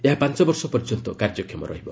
ଏହା ପାଞ୍ଚବର୍ଷ ପର୍ଯ୍ୟନ୍ତ କାର୍ଯ୍ୟକ୍ଷମ ରହିବ